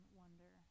wonder